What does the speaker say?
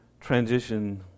transition